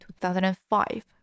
2005